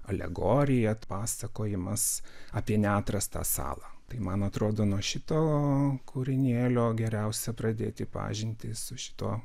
alegorija atpasakojimas apie neatrastą salą tai man atrodo nuo šito kūrinėlio geriausia pradėti pažintį su šituo